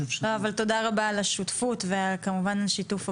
תודה רבה על השותפות וכמובן על שיתוף הפעולה.